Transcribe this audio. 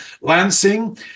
Lansing